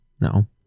no